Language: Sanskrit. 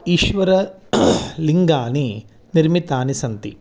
ईश्वरलिङ्गानि निर्मितानि सन्ति